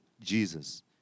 Jesus